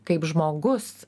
kaip žmogus